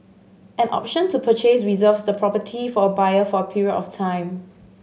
an option to purchase reserves the property for a buyer for a period of time